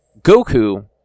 Goku